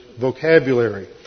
vocabulary